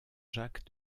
jacques